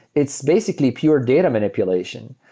it's basically pure data manipulation.